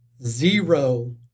zero